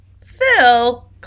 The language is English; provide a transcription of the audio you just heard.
Phil